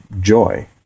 joy